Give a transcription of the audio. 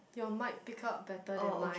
your mic pick up better than mine